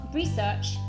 research